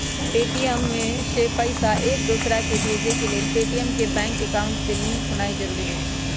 Paytm से पईसा एकदोसराकेँ भेजे लेल पेटीएम के बैंक अकांउट से लिंक होनाइ जरूरी होइ छइ